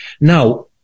Now